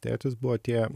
tėtis buvo tie